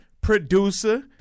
producer